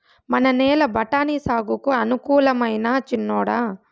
మన నేల బఠాని సాగుకు అనుకూలమైనా చిన్నోడా